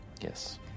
Yes